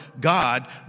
God